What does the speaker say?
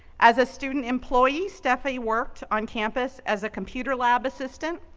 as a student employee, steffi worked on campus as a computer lab assistant,